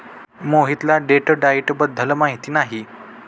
मोहितला date diet बद्दल माहिती नाही